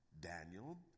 Daniel